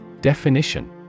Definition